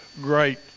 great